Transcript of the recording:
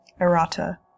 errata